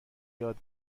یاد